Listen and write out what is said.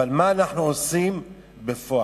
אבל מה אנחנו עושים בפועל?